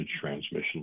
transmission